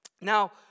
Now